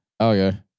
Okay